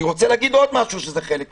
אני רוצה להגיד עוד משהו, שהוא חלק מזה.